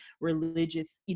religious